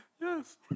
Yes